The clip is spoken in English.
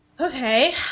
Okay